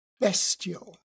Bestial